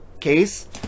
case